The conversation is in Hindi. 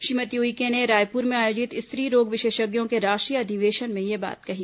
श्रीमती उइके ने रायपुर में आयोजित स्त्री रोग विशेषज्ञों के राष्ट्रीय अधिवेशन में यह बात कही